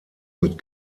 mit